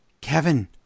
Kevin